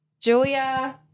Julia